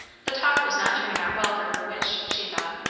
the talk was not turning out well for her wish, she thought.